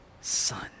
son